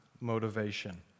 motivation